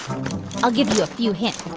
i'll give you a few hints.